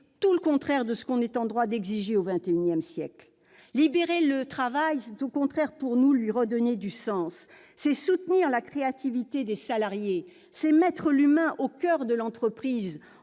au rebours de ce que l'on est en droit d'exiger au XXI siècle. Libérer le travail, c'est au contraire, pour nous, lui redonner du sens, c'est soutenir la créativité des salariés, c'est mettre l'humain au coeur de l'entreprise